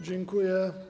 Dziękuję.